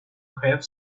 have